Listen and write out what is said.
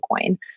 coin